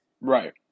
Right